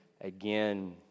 again